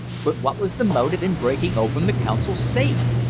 but what was the motive in breaking open the consul's safe,